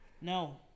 No